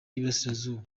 y’iburasirazuba